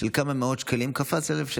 של כמה מאות שקלים, שקפץ ל-1,000 שקל.